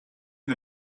the